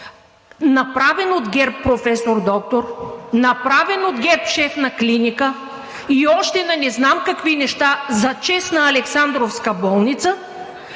направен от ГЕРБ професор доктор, направен от ГЕРБ шеф на клиника и още на не знам какви неща за чест на Александровска болница,